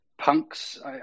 punks